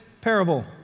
parable